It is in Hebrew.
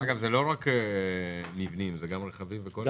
דרך אגב, זה לא רק מבנים, זה גם רכבים וכו'?